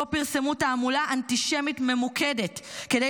ובו פרסמו תעמולה אנטישמית ממוקדת כדי